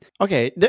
Okay